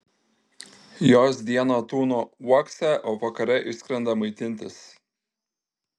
jos dieną tūno uokse o vakare išskrenda maitintis